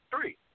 three